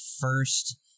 first